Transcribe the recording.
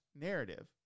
narrative